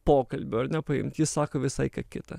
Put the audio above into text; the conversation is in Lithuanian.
pokalbių ar ne paimt jie sako visai ką kita